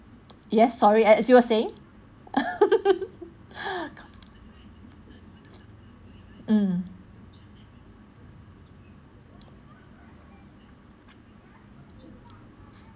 yes sorry as you were saying mm